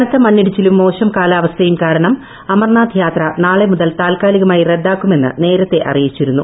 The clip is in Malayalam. കനത്ത മണ്ണിടിച്ചിലും മോശം കാലാവ്സ്ഥയും കാരണം അമർനാഥ്യാത്ര മുതൽ താൽക്കാലികമായി റദ്ദാക്കുമെന്ന് നാളെ നേരത്തെ അറിയിച്ചിരുന്നു